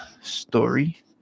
story